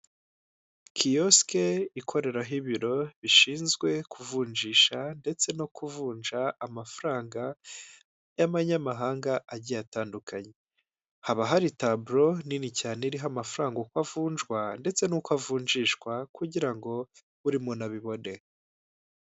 Kiosque ikoreraho ibiro bishinzwe kuvunjisha ndetse no kuvunja amafaranga y'amanyamahanga agiye atandukanye haba hari taburo nini cyane iriho amafaranga uko avunjwa ndetse n'uko avunjishwa kugira ngo buri muntu abibone.